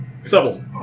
Subtle